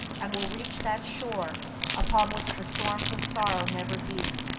and will reach that shore upon which the storms of sorrow never beat,